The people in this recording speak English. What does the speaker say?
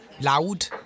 Loud